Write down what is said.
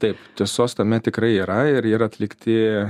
taip tiesos tame tikrai yra ir yra atlikti